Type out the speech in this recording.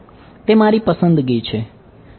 તે મારી પસંદગી છે